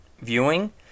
viewing